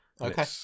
Okay